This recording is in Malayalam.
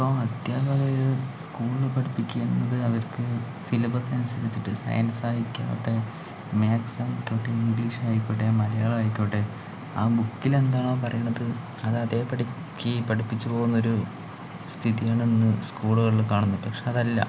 ഇപ്പോൾ അധ്യാപകര് സ്കൂളിൽ പഠിപ്പിക്കുന്നത് അവർക്ക് സിലബസ് അനുസരിച്ചിട്ട് സയൻസായിക്കോട്ടെ മാത്സ് ആയിക്കോട്ടെ ഇംഗ്ലീഷ് ആയിക്കോട്ടെ മലയാളം ആയിക്കോട്ടെ ആ ബുക്കിലെന്താണോ പറയണത് അത് അതേപടിക്ക് പഠിപ്പിച്ചു പോകുന്നൊരു സ്ഥിതിയാണ് ഇന്ന് സ്കൂളുകളിൽ കാണുന്നത് പക്ഷെ അതല്ല